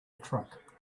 truck